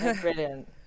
brilliant